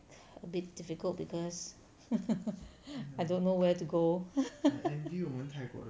a bit difficult because I don't know where to go